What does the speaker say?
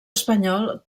espanyol